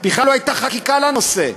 בכלל לא הייתה חקיקה לנושא.